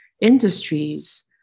industries